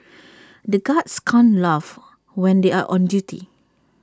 the guards can't laugh when they are on duty